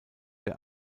der